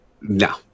No